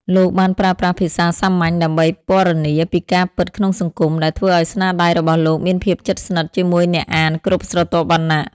លោកបានប្រើប្រាស់ភាសាសាមញ្ញដើម្បីពណ៌នាពីការពិតក្នុងសង្គម ដែលធ្វើឲ្យស្នាដៃរបស់លោកមានភាពជិតស្និទ្ធជាមួយអ្នកអានគ្រប់ស្រទាប់វណ្ណៈ។